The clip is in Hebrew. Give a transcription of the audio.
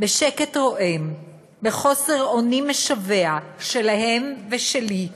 בשקט רועם, בחוסר אונים משווע, שלהם ושלי.